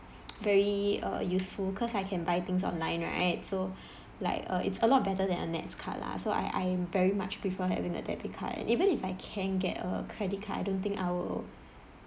very uh useful cause I can buy things online right so like uh it's a lot better than a NETS card lah so I I'm very much prefer having a debit card and even if I can get a credit card I don't think I'll